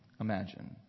imagine